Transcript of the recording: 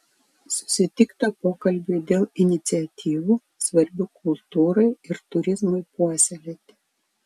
susitikta pokalbiui dėl iniciatyvų svarbių kultūrai ir turizmui puoselėti